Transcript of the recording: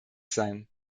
sein